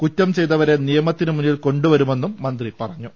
കുറ്റം ചെയ്തവരെ നിയമത്തിന് മുന്നിൽ കൊണ്ടു വരുമെന്നും മന്ത്രി പറഞ്ഞു